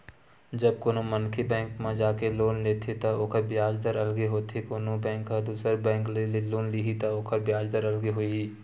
जब कोनो मनखे बेंक म जाके लोन लेथे त ओखर बियाज दर अलगे होथे कोनो बेंक ह दुसर बेंक ले लोन लिही त ओखर बियाज दर अलगे होही